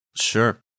Sure